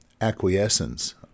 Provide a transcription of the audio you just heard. acquiescence